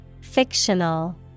Fictional